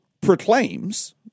proclaims